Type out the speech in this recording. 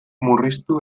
murriztu